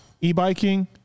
e-biking